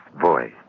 voice